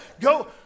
go